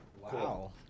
Wow